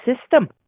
system